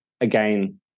again